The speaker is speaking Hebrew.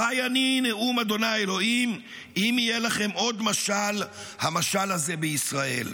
חי אני נאֻם אדֹנָי ה' אם יהיה לכם עוד משֹל המשל הזה בישראל.